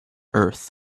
earth